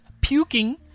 puking